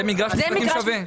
זה מגרש משחקים שווה.